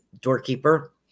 doorkeeper